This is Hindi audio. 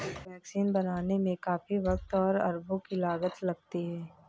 वैक्सीन बनाने में काफी वक़्त और अरबों की लागत लगती है